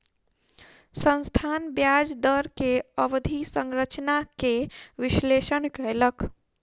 संस्थान ब्याज दर के अवधि संरचना के विश्लेषण कयलक